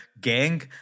gang